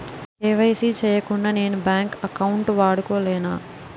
KYC చేయకుండా నేను bank account వాడుకొలేన?